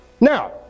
Now